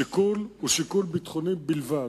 השיקול הוא שיקול ביטחוני בלבד,